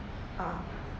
ah